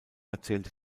erzählt